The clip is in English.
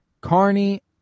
Carney